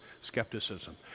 skepticism